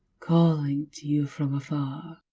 calling to you from afar.